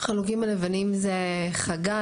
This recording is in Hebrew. חלוקים הלבנים זה חגי,